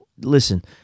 Listen